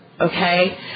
okay